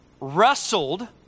wrestled